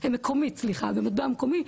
במטבע המקומי,